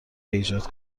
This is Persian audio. ایجاد